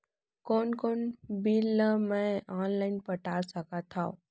कोन कोन बिल ला मैं ऑनलाइन पटा सकत हव?